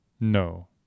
No